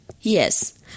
Yes